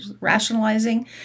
rationalizing